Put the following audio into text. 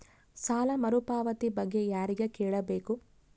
ಸಾಲ ಮರುಪಾವತಿ ಬಗ್ಗೆ ಯಾರಿಗೆ ಕೇಳಬೇಕು?